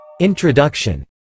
Introduction